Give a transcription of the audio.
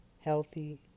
healthy